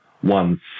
one